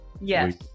yes